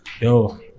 Yo